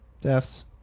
deaths